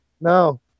No